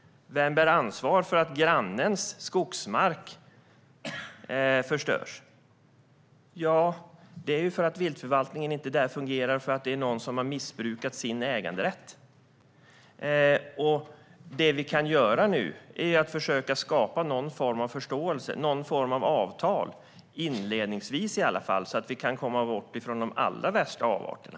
Vem bär ansvar för att grannens skogsmark förstörs? Det beror ju på att viltförvaltningen inte fungerar för att någon har missbrukat sin äganderätt. Det vi kan göra nu är att försöka skapa förståelse och någon form av avtal, inledningsvis i alla fall, så att vi kan komma bort från de allra värsta avarterna.